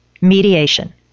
mediation